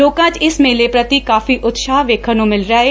ਲੋਕਾਂ ਚ ਇਸ ਮੇਲੇ ਪ੍ਰਤੀ ਕਾਫ਼ੀ ਉਤਸ਼ਾਹ ਵੇਖਣ ਨੂੰ ਮਿਲ ਰਿਹਾ ਏ